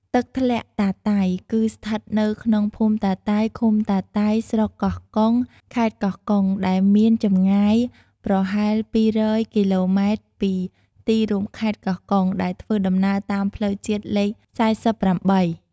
ទឹកធ្លាក់តាតៃ គឺស្ថិតនៅក្នុងភូមិតាតៃ ឃុំតាតៃ ស្រុកកោះកុង ខេត្តកោះកុង ដែលមានចម្ងាយប្រហែល២០គីឡូម៉ែត្រពីទីរួមខេត្តកោះកុង ដែលធ្វើដំណើរតាមផ្លូវជាតិលេខ៤៨។